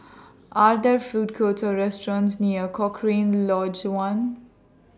Are There Food Courts Or restaurants near Cochrane Lodge one